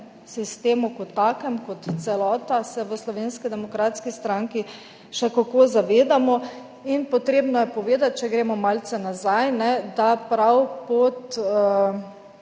sistemu kot takem, kot celoti, se v Slovenski demokratski stranki še kako zavedamo. Potrebno je povedati, če gremo malce nazaj, da sta